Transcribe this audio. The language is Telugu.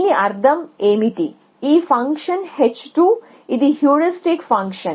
దీని అర్థం ఏమిటి ఈ ఫంక్షన్ h2 ఇది హ్యూరిస్టిక్ ఫంక్షన్